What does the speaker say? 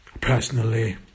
personally